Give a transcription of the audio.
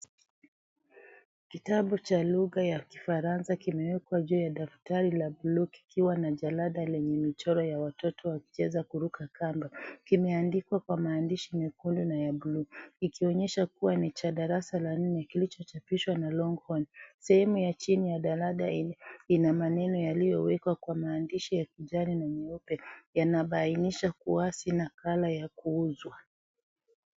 Kitabu cha lugha ya Kifaransa kimewekwa juu ya daftari la bluu kikiwa na jalada lenye michoro ya watoto wakicheza kuruka kamba. Kimeandikwa kwa maandishi nyekundu na ya bluu, iki ikionyesha kuwa ni cha darasa la nne kilichochapishwa na Longhorn. Sehemu ya chini ya jalada enye ina maneno yaliyowekwa kwa maandishi ya kijani na nyeupe yanabainisha kuwa si nakala ya kuuzwa.